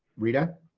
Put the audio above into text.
rita.